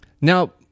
Now